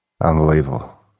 Unbelievable